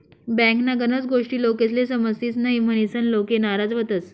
बँकन्या गनच गोष्टी लोकेस्ले समजतीस न्हयी, म्हनीसन लोके नाराज व्हतंस